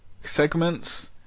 segments